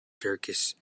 turkish